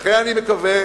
לכן, אני מקווה